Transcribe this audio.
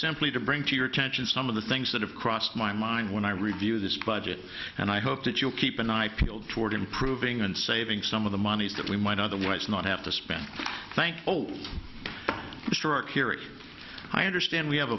simply to bring to your attention some of the things that have crossed my mind when i review this budget and i hope that you'll keep an eye peeled toward improving and saving some of the money that we might otherwise not have to spend thanks old stork here if i understand we have